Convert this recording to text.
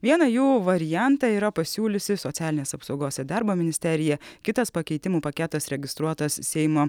vieną jų variantą yra pasiūliusi socialinės apsaugos ir darbo ministerija kitas pakeitimų paketas registruotas seimo